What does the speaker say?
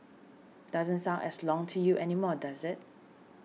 doesn't sound as long to you anymore does it